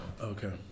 Okay